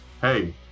Hey